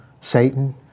Satan